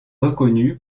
reconnu